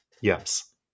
Yes